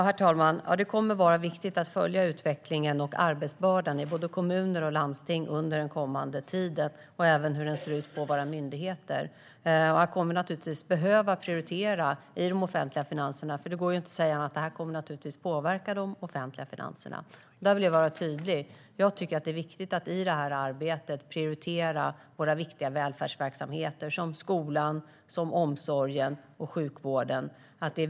Herr talman! Det är viktigt att följa utvecklingen och arbetsbördan i både kommuner och landsting under tiden framöver. Det är också viktigt att följa hur det ser ut på våra myndigheter. Man kommer naturligtvis att behöva prioritera i de offentliga finanserna, eftersom detta kommer att påverka dem; det vill jag vara tydlig med. Jag tycker att det är viktigt att i det arbetet prioritera våra viktiga välfärdsverksamheter som skolan, omsorgen och sjukvården.